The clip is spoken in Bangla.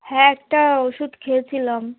হ্যাঁ একটা ওষুধ খেয়েছিলাম